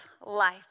life